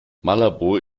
malabo